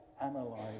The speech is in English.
analyze